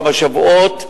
כמה שבועות.